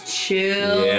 chill